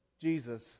Jesus